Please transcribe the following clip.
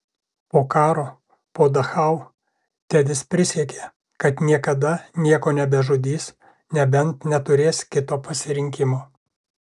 po karo po dachau tedis prisiekė kad niekada nieko nebežudys nebent neturės kito pasirinkimo